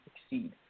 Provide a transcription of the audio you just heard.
succeed